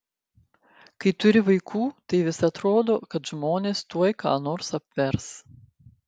kai turi vaikų tai vis atrodo kad žmonės tuoj ką nors apvers